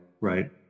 right